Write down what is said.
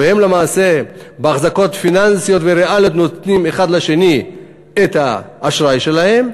והם למעשה באחזקות פיננסיות וריאליות נותנים האחד לשני את האשראי שלהם.